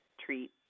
treat